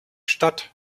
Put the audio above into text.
stadt